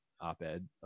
op-ed